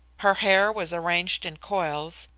her hair was arranged in coils,